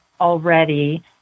already